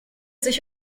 sich